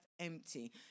empty